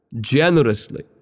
generously